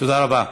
תודה רבה.